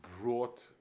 brought